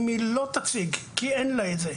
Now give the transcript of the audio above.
אם היא לא תציג כי אין לה את זה,